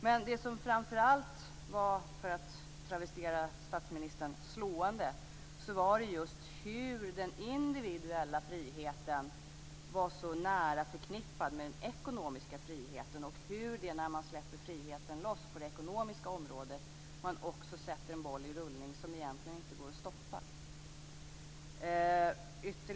Men det som framför allt var slående - för att travestera statsministern - var just att den individuella friheten var så nära förknippad med den ekonomiska friheten och att man, när man släpper friheten loss på det ekonomiska området, också sätter en boll i rullning som egentligen inte går att stoppa.